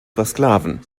versklaven